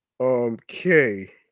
Okay